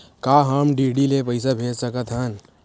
का हम डी.डी ले पईसा भेज सकत हन?